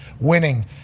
winning